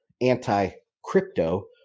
anti-crypto